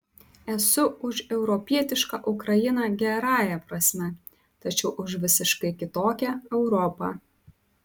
esu už europietišką ukrainą gerąja prasme tačiau už visiškai kitokią europą